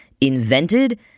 invented